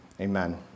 amen